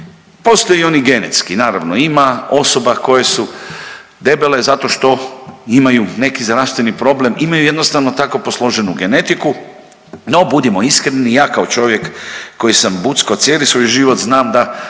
postoje i oni genetski, naravno ima osoba koje su debele zato što imaju neki zdravstveni problem, imaju jednostavno tako posloženu genetiku, no budimo iskreni ja kao čovjek koji sam bucko cijeli svoj život znam da